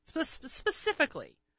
Specifically